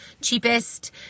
cheapest